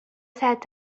sat